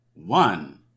One